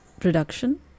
Production